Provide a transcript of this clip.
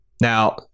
Now